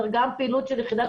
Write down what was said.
גם פעילות של יחידת הפיקוח.